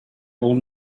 own